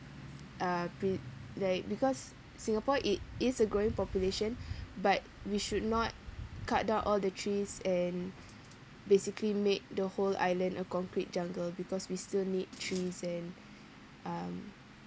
uh pre~ like because singapore it is a growing population but we should not cut down all the trees and basically made the whole island a concrete jungle because we still need trees and um